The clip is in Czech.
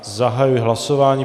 Zahajuji hlasování.